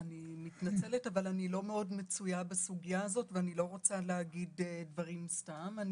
אני מתנצלת אבל אני לא מצויה בסוגיה ולא רוצה להגיד דברים סתם.